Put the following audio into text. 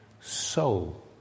Soul